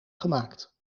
gemaakt